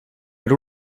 per